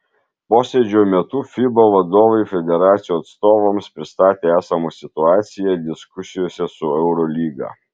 posėdžio metu fiba vadovai federacijų atstovams pristatė esamą situaciją diskusijose su eurolyga